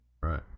Right